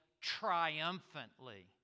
triumphantly